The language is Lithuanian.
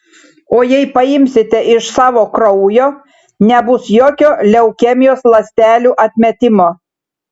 o jei paimsite iš savo kraujo nebus jokio leukemijos ląstelių atmetimo